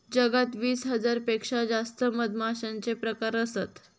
जगात वीस हजार पेक्षा जास्त मधमाश्यांचे प्रकार असत